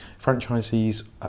franchisees